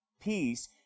peace